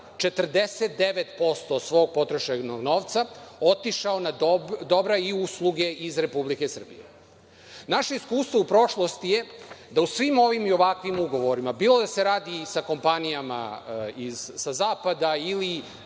49% svog potrošenog novca otišao na dobra i usluge iz Republike Srbije. Naše iskustvo u prošlosti je da u svim ovim i ovakvim ugovorima bilo da se radi sa kompanijama sa zapada ili